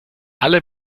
alle